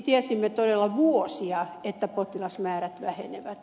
tiesimme todella vuosia että potilasmäärät vähenevät